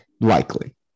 likely